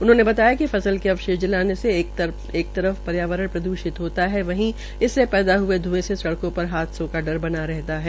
उन्होंने बताया कि फस्ल को अवशेष् जलाने से एक तरफ पर्यावरण प्रद्रषित होता है वहीं इससे पैदा हये ध्ऐं से सड़कों पर हादसों का डर बना रहता है